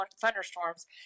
thunderstorms